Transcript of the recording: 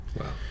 Wow